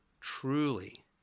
truly